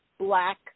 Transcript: black